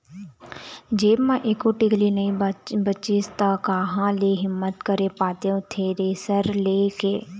जेब म एको टिकली नइ बचिस ता काँहा ले हिम्मत करे पातेंव थेरेसर ले के